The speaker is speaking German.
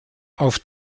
auf